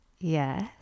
Yes